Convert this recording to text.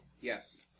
Yes